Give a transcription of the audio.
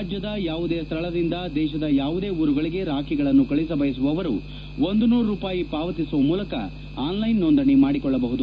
ರಾಜ್ಯದ ಯಾವುದೇ ಸ್ಥಳದಿಂದ ದೇಶದ ಯಾವುದೇ ಊರುಗಳಿಗೆ ರಾಖಿಗಳನ್ನು ಕಳಿಸಬಯಸುವವರು ಒಂದು ನೂರು ರೂಪಾಯಿ ಪಾವತಿಸುವ ಮೂಲಕ ಆನ್ಲೈನ್ ನೋಂದಣಿ ಮಾಡಿಕೊಳ್ಳಬಹುದು